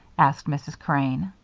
asked mrs. crane.